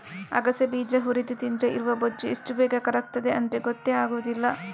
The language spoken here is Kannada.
ಅಗಸೆ ಬೀಜ ಹುರಿದು ತಿಂದ್ರೆ ಇರುವ ಬೊಜ್ಜು ಎಷ್ಟು ಬೇಗ ಕರಗ್ತದೆ ಅಂದ್ರೆ ಗೊತ್ತೇ ಆಗುದಿಲ್ಲ